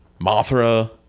Mothra